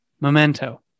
Memento